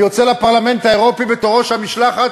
אני יוצא לפרלמנט האירופי בתור ראש המשלחת,